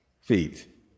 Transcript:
feet